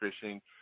fishing